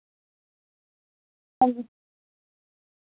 हांजी